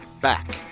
back